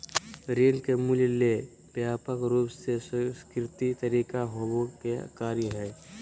ऋण के मूल्य ले व्यापक रूप से स्वीकृत तरीका होबो के कार्य हइ